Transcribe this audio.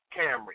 Camry